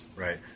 Right